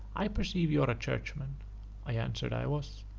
i perceive you are a churchman i answered i was.